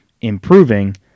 improving